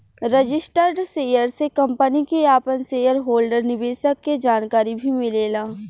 registered share से company के आपन शेयर होल्डर निवेशक के जानकारी भी मिलेला